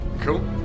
cool